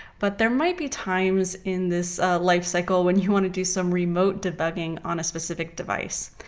but there might be times in this life-cycle when you want to do some remote debugging on a specific device.